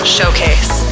Showcase